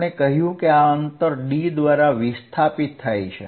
આપણે કહ્યું કે આ અંતર a દ્વારા તે વિસ્થાપિત થાય છે